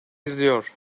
izliyor